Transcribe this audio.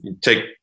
take